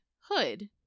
hood